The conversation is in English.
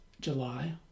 July